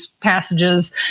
passages